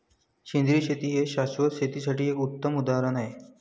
सेंद्रिय शेती हे शाश्वत शेतीसाठी एक उत्तम उदाहरण आहे